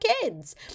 kids